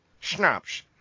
Snaps